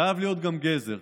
חייב להיות גם גזר,